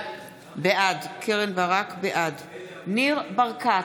בעד קרן ברק, בעד ניר ברקת,